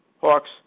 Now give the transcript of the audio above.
Hawks